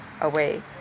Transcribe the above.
away